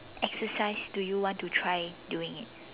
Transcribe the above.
exercise do you want to try doing it